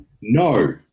no